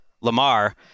Lamar